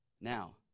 Now